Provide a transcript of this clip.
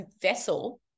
vessel